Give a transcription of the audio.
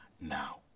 now